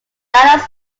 dallas